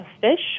fish